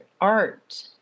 art